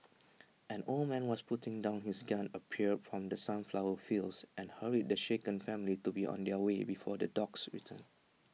an old man was putting down his gun appeared from the sunflower fields and hurried the shaken family to be on their way before the dogs return